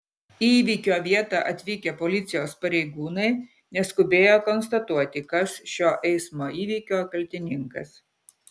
į įvykio vietą atvykę policijos pareigūnai neskubėjo konstatuoti kas šio eismo įvykio kaltininkas